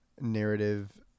narrative